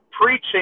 preaching